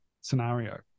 scenario